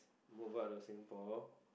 move out of Singapore